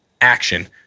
action